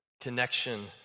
connection